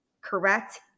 correct